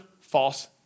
false